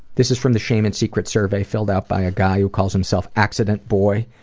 this is from the shame and secrets survey filled out by a guy who calls himself accident boy.